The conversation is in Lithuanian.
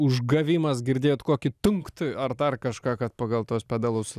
užgavimas girdėjot kokį tunkt ar dar kažką kad pagal tuos pedalus